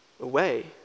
away